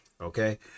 okay